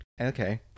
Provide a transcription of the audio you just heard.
Okay